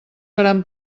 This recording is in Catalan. faran